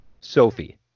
Sophie